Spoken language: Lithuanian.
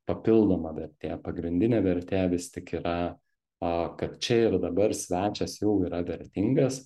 papildoma vertė pagrindinė vertė vis tik yra a kad čia ir dabar svečias jau yra vertingas